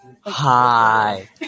Hi